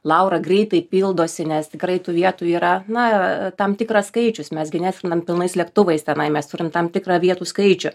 laura greitai pildosi nes tikrai tų vietų yra na tam tikras skaičius mes gi neskrendam pilnais lėktuvais tenai mes turim tam tikrą vietų skaičių